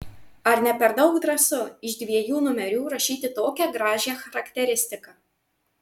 ar ne per daug drąsu iš dviejų numerių rašyti tokią gražią charakteristiką